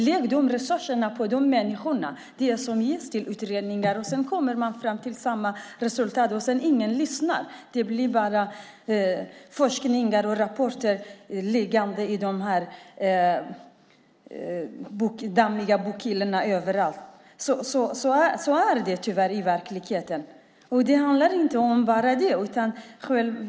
Lägg i stället de resurser som går till utredningar på dessa människor! Utredningarna kommer ändå fram till samma resultat, men ingen lyssnar. Forskning och rapporter blir bara liggande på dammiga bokhyllor överallt. Så är det tyvärr i verkligheten. Det handlar inte bara om det.